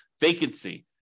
vacancy